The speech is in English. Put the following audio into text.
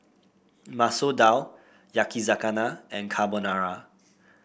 Masoor Dal Yakizakana and Carbonara